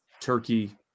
turkey